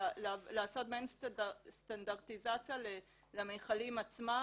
של לעשות מעין סטנדרטיזציה למכלים עצמם.